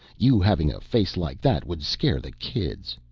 you having a face like that would scare the kids.